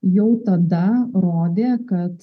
jau tada rodė kad